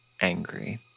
angry